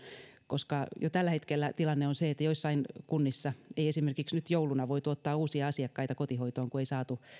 koska jo tällä hetkellä tilanne on se että joissain kunnissa ei esimerkiksi nyt jouluna voitu ottaa uusia asiakkaita kotihoitoon kun ei saatu